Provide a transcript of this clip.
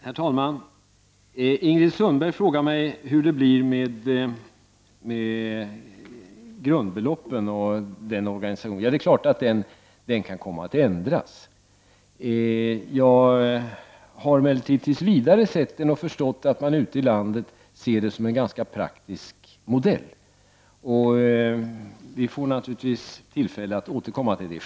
Herr talman! Ingrid Sundberg frågade mig hur det skulle bli med organisationen av grundbeloppen. Visst kan den komma att ändras. Jag har emellertid sett att man ute i landet tills vidare ser detta som en ganska praktisk modell. Vi får naturligtvis tillfälle att återkomma till detta.